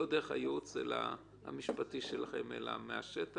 לא מהייעוץ המשפטי של המשטרה, אלא מהשטח.